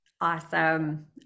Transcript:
Awesome